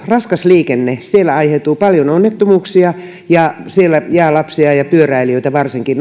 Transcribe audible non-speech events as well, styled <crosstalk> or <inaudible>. raskas liikenne aiheuttaa paljon onnettomuuksia ja siellä jää lapsia ja ja varsinkin <unintelligible>